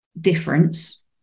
difference